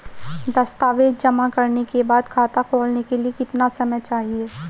दस्तावेज़ जमा करने के बाद खाता खोलने के लिए कितना समय चाहिए?